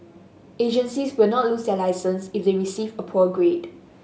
agencies will not lose their licence if they receive a poor grade